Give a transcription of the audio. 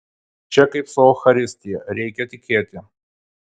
čia kaip su eucharistija reikia tikėti